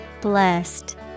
Blessed